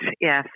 yes